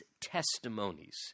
testimonies